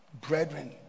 Brethren